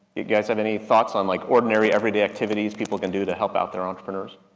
you guys have any thoughts on like ordinary, everyday activities people can do to help out their entrepreneurs?